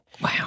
Wow